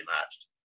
matched